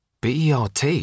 BERT